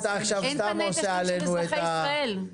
--- אין כאן איזה חוק של אזרחי ישראל.